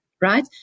right